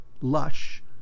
lush